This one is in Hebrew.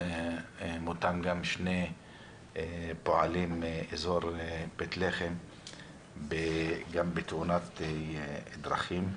מותם שני פועלים מאזור בית-לחם בתאונת דרכים.